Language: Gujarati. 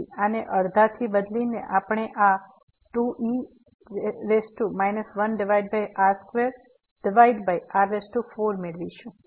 તેથી આને અડધાથી બદલીને આપણે આ 2e 1r2r4 મેળવીશું